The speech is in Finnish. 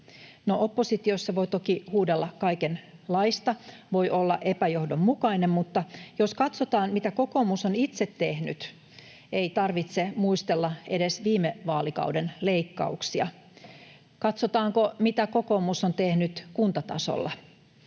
oppositiossa voi toki huudella kaikenlaista ja voi olla epäjohdonmukainen, mutta jos katsotaan, mitä kokoomus on itse tehnyt, eikä tarvitse muistella edes viime vaalikauden leikkauksia... Katsotaanko, mitä kokoomus on tehnyt kuntatasolla,